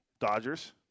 Dodgers